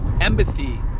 Empathy